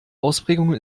ausprägung